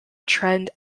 trend